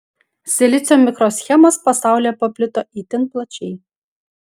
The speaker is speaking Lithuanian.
silicio mikroschemos pasaulyje paplito itin plačiai